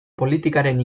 politikaren